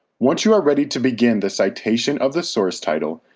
once you are ready to begin the citation of the source title,